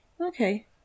Okay